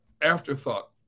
afterthought